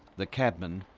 the cab man.